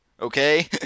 Okay